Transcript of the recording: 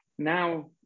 now